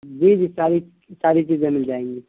جی جی ساری کی ساری چیزیں مل جائیں گی